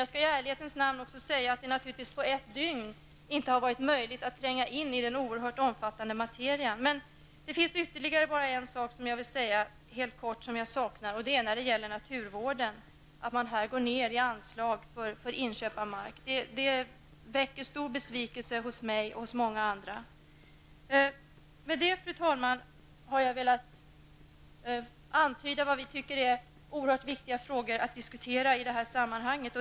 Jag skall i ärlighetens namn säga att det naturligtvis inte har varit möjligt att på ett dygn tränga in i denna oerhört omfattande materia. Men det finns ytterligare en sak som jag helt kort vill nämna och som jag saknar, och det gäller naturvården. Regeringen föreslår ett minskat anslag till inköp av mark, och detta är någonting som väcker stor besvikelse hos mig och många andra. Med detta, fru talman, har jag velat antyda de frågor som vi i vänsterpartiet anser oerhört viktiga att diskutera i detta sammanhang.